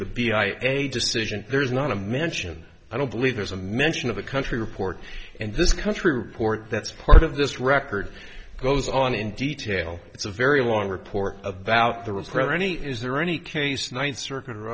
g decision there's not a mention i don't believe there's a mention of a country report in this country report that's part of this record goes on in detail it's a very long report about the reprint any is there any case ninth circuit or